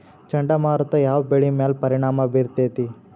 ಚಂಡಮಾರುತ ಯಾವ್ ಬೆಳಿ ಮ್ಯಾಲ್ ಪರಿಣಾಮ ಬಿರತೇತಿ?